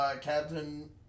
Captain